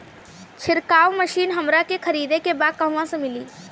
छिरकाव मशिन हमरा खरीदे के बा कहवा मिली?